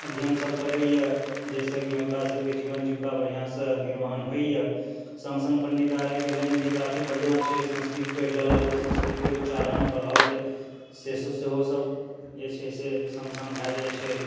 अध्ययन सब करैए जाहिसँ कि हुनका सबके जीवन जीविका बढ़िआँसँ निर्वहन होइए सङ्ग सङ्ग पंडिताइके लाइन भी काफी बढ़िआँ छै संस्कृत पढ़ि लेलक तऽ संस्कृतके उच्चारण पढ़ब लिखब से सब सेहो सब जे छै से सङ्ग सङ्ग भए जाइत छै